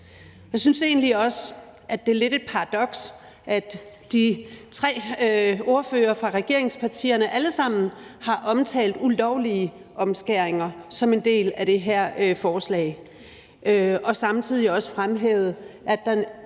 Jeg synes egentlig også, at det lidt er et paradoks, at de tre ordførere fra regeringspartierne alle sammen har omtalt ulovlige omskæringer som en del af det her forslag og samtidig også fremhævet, at der